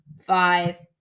five